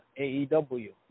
AEW